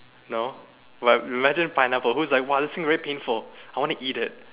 no but imagine pineapple who is like !wah! this thing very painful I want to eat it